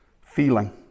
feeling